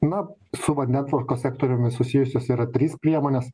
na su vandentvarkos sektoriumi susijusios yra trys priemonės